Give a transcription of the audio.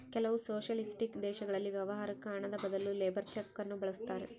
ಕೆಲವು ಸೊಷಲಿಸ್ಟಿಕ್ ದೇಶಗಳಲ್ಲಿ ವ್ಯವಹಾರುಕ್ಕ ಹಣದ ಬದಲು ಲೇಬರ್ ಚೆಕ್ ನ್ನು ಬಳಸ್ತಾರೆ